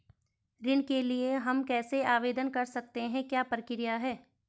ऋण के लिए हम कैसे आवेदन कर सकते हैं क्या प्रक्रिया है?